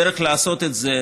הדרך לעשות את זה,